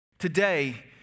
Today